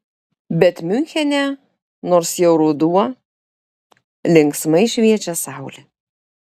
bet miunchene nors jau ruduo linksmai šviečia saulė